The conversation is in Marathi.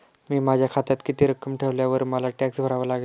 मी माझ्या खात्यात किती रक्कम ठेवल्यावर मला टॅक्स भरावा लागेल?